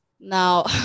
Now